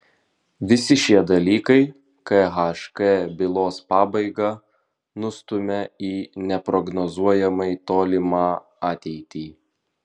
visi šie dalykai khk bylos pabaigą nustumia į neprognozuojamai tolimą ateitį